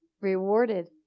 Rewarded